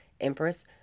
Empress